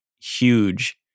huge